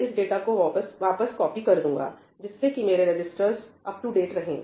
मैं इस डाटा को वापस कॉपी कर दूंगा जिससे कि मेरे रजिस्टर्स अप टू डेट रहे